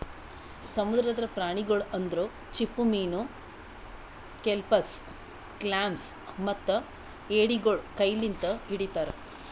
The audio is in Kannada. ಸಮುದ್ರದ ಪ್ರಾಣಿಗೊಳ್ ಅಂದುರ್ ಚಿಪ್ಪುಮೀನು, ಕೆಲ್ಪಸ್, ಕ್ಲಾಮ್ಸ್ ಮತ್ತ ಎಡಿಗೊಳ್ ಕೈ ಲಿಂತ್ ಹಿಡಿತಾರ್